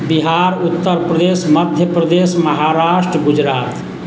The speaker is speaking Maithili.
बिहार उत्तरप्रदेश मध्यप्रदेश महाराष्ट्र गुजरात